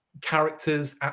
Characters